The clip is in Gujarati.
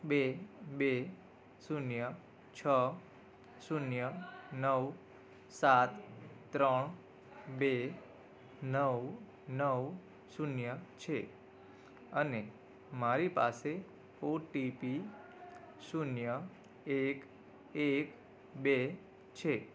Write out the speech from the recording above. બે બે શૂન્ય છ શૂન્ય નવ સાત ત્રણ બે નવ નવ શૂન્ય છે અને મારી પાસે ઓટીપી શૂન્ય એક એક બે છે